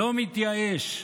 לא מתייאש.